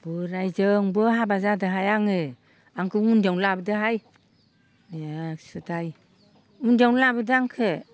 बोरायजोंबो हाबा जादोहाय आङो आंखो उन्दैयावनो लाबोदोहाय मासुदाय उन्दैयावनो लाबोदो आंखो